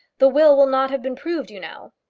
the will will not have been proved, you know.